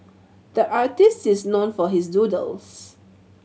the artist is known for his doodles